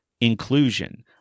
inclusion